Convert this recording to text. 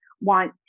want